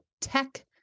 tech